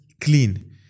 clean